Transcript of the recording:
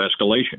escalation